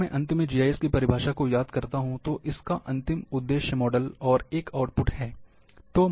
अगर मैं अंत में जीआईएस की परिभाषा को याद करता हूं तो इसका अंतिम उद्देश्य मॉडल और एक आउटपुट है